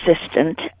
assistant